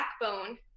backbone